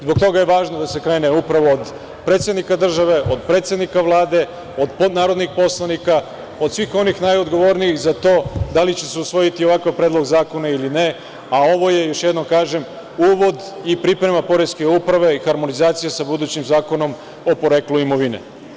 Zbog toga je važno da se krene upravo od predsednika države, predsednika Vlade, od narodnih poslanika, od svih onih najodgovornijih za to da li će se usvojiti ovakav predlog zakona ili ne, a ovo je, još jednom kažem, uvod i priprema poreske uprave i harmonizacija sa budućim zakonom o poreklu imovine.